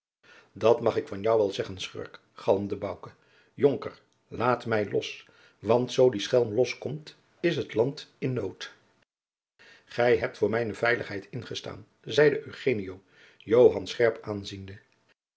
dat mag ik van jou wel zeggen schurk galmde bouke jonker laat mij los want zoo die schelm los komt is het land in nood gij hebt voor mijne veiligheid ingestaan zeide eugenio joan scherp aanziende